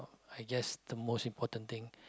I guess the most important thing